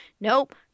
Nope